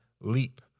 leap